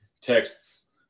texts